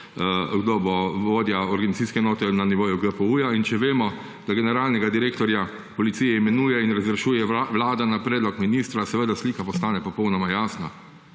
kdo bo vodja organizacijske enote na nivoju GPU. Če vemo, da generalnega direktorja policije imenuje in razrešuje Vlada na predlog ministra, slika postane popolnoma jasna.